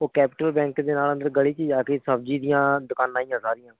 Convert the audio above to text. ਉਹ capital bank ਦੇ ਨਾਲ ਅੰਦਰ ਗਲੀ 'ਚ ਜਾ ਕੇ ਸਬਜ਼ੀ ਦੀਆਂ ਦੁਕਾਨਾਂ ਹੀ ਆ ਸਾਰੀਆਂ